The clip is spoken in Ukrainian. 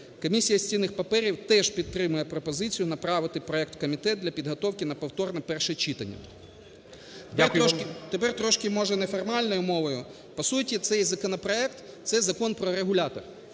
Комісія з цінних паперів теж підтримує пропозицію направити проект в комітет для підготовки на повторне перше читання. ГОЛОВУЮЧИЙ. Дякую. РІЗАНЕНКО П.О. Тепер трошки, може, неформальною мовою. По суті цей законопроект – це закон про регулятор.